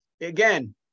Again